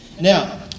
Now